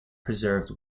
preserved